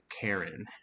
Karen